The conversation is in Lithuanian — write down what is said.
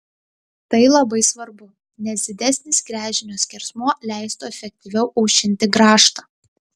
tai labai svarbu nes didesnis gręžinio skersmuo leistų efektyviau aušinti grąžtą